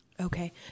Okay